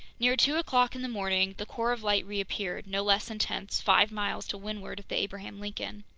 near two o'clock in the morning, the core of light reappeared, no less intense, five miles to windward of the abraham lincoln.